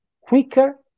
quicker